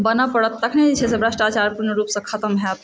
बनऽ पड़त तखने जे छै से भ्रष्टाचार पूर्ण रूपसँ खतम होयत